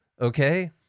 okay